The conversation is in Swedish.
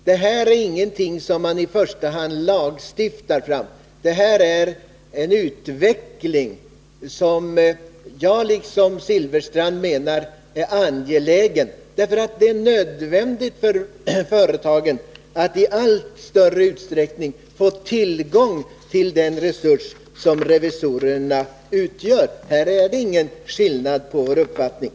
Det här är ingenting som man i första hand lagstiftar fram, utan här är det fråga om en utveckling som jag, liksom herr Silfverstrand, menar är angelägen. Det är ju nödvändigt för företagen att i allt större utsträckning få tillgång till den resurs som revisorerna utgör. Här skiljer sig inte våra uppfattningar.